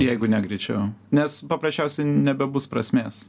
jeigu ne greičiau nes paprasčiausiai nebebus prasmės